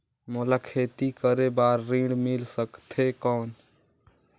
मोला खेती करे बार ऋण मिल सकथे कौन?